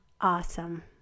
awesome